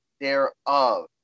thereof